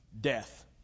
death